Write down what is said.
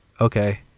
Okay